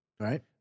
Right